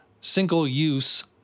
single-use